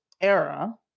era